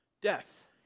death